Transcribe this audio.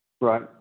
Right